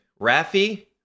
Rafi